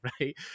right